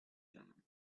them